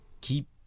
keep